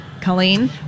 Colleen